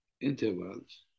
intervals